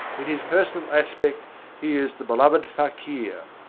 in his personal aspect he is the beloved fakir,